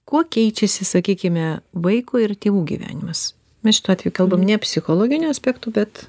kuo keičiasi sakykime vaiko ir tėvų gyvenimas mes šituo atveju kalbam ne psichologiniu aspektu bet